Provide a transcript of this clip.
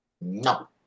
No